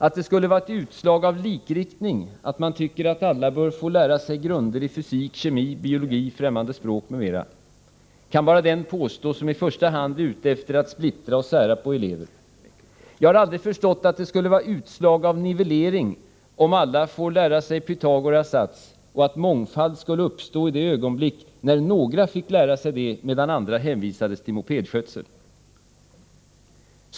Att det skulle vara ett utslag av likriktning att alla bör få lära sig grunderna i fysik, kemi, biologi, främmande språk m.m., kan bara den påstå som i första hand är ute efter att splittra och sära på eleverna. Jag har aldrig förstått att det skulle vara ett utslag av nivellering om alla får lära sig Pythagoras sats och att mångfalden skulle uppstå i det ögonblick när några fick lära sig det, medan andra hänvisades till mopedskötsel.